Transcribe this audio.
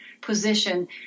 position